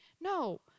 No